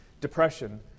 depression